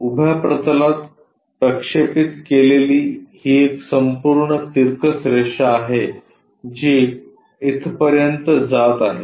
उभ्या प्रतलात प्रक्षेपित केलेली ही एक संपूर्ण तिरकस रेषा आहे जी इथपर्यंत जात आहे